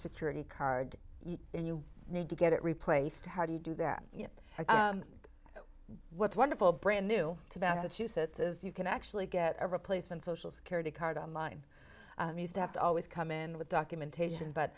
security card and you need to get it replaced how do you do that you what's wonderful brand new to benefit you sets is you can actually get a replacement social security card on line used to have to always come in with documentation but